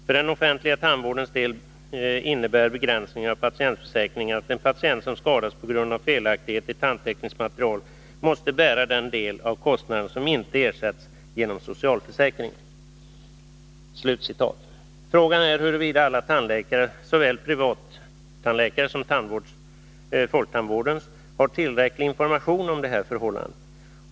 För den offentliga tandvårdens del innebär begränsningen av patientförsäkringen att en patient som skadas på grund av felaktigheter i tandtekniskt material måste bära den del av kostnaden som inte ersätts genom socialförsäkringen.” Frågan är huruvida alla tandläkare — såväl privattandläkare som folktandvårdens — har tillräcklig information om detta förhållande.